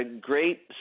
Great